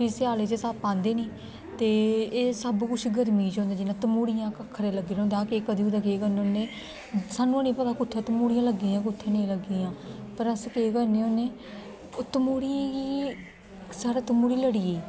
फिह् स्याले च सप्प आंदे नी ते एह् सब कुछ गर्मिये च होंदा जियां तम्हूड़ियें दा खखरे लग्गे दे होंदे अस कंदे कुदे केह् करने होने सानू है नी पता कुत्थे तम्हूड़ियां लग्गी दियां कुत्थे नेई लग्गी दियां पर अस केह् करने होने ओह् तम्हूड़ियें गी साढ़े तम्हूड़ी लड़ी गेई